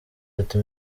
ati